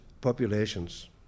populations